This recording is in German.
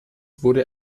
wurde